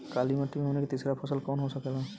काली मिट्टी में हमनी के तीसरा फसल कवन हो सकेला?